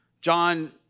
John